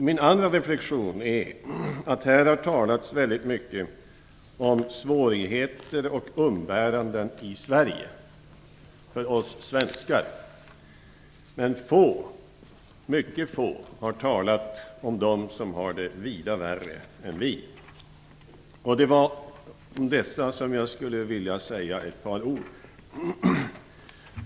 Min andra reflektion är att här har det talats väldigt mycket om svårigheter och umbäranden i Sverige, för oss svenskar. Men mycket få har talat om dem som har det vida värre än vi. Det var om dessa som jag skulle vilja säga ett par ord.